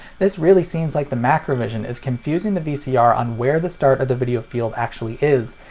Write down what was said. this really seems like the macrovision is confusing the vcr on where the start of the video field actually is,